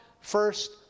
first